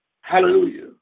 hallelujah